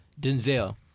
Denzel